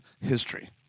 history